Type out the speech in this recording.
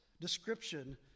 description